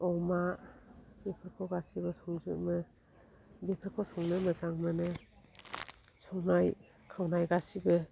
अमा बेफोरखौ गासिबो संजोबो बेफोरखौ संनो मोजां मोनो संनाय खावनाय गासिबो